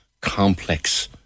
complex